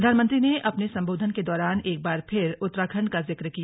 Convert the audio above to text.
प्रधानमंत्री ने अपने संबोधन के दौरान एक बार फिर उत्तराखंड का जिक किया